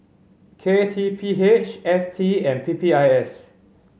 K T P H F T and P P I S